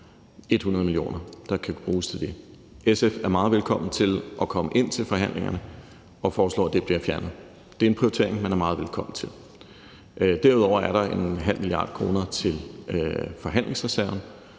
100 mio. kr., der kan bruges til det. SF er meget velkommen til at komme ind til forhandlingerne og foreslå, at det bliver fjernet. Det er en prioritering, man er meget velkommen til at komme med. Derudover er der 0,5 mia. kr. til forhandlingsreserven,